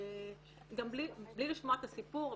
גם בלי לשמוע את הסיפור,